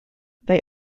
they